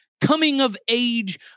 coming-of-age